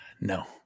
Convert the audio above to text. no